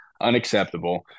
unacceptable